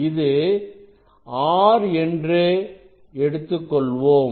இது R என்று எடுத்துக்கொள்வோம்